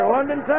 London